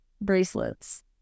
bracelets